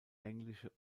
englische